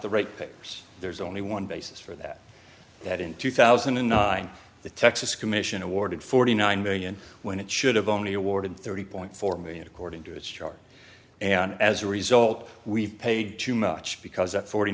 the right papers there's only one basis for that that in two thousand and nine the texas commission awarded forty nine million when it should have only awarded thirty point four million according to its chart and as a result we've paid too much because at forty